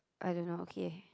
I don't know okay